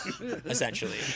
Essentially